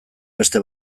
beste